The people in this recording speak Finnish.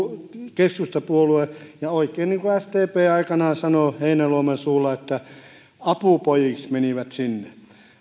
keskustapuolue ja niin kuin sdp aikanaan heinäluoman suulla sanoi aivan oikein apupojiksi menivät sinne